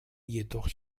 jedoch